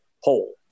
whole